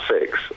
six